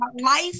life